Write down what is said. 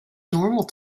normal